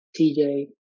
TJ